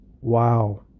Wow